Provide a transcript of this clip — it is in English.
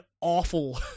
awful